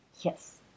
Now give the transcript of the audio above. Yes